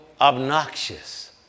obnoxious